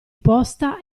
posta